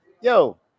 Yo